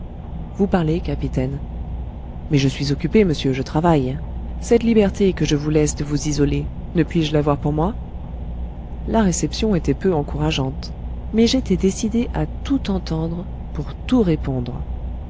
vous parler capitaine mais je suis occupé monsieur je travaille cette liberté que je vous laisse de vous isoler ne puis-je l'avoir pour moi la réception était peu encourageante mais j'étais décidé à tout entendre pour tout répondre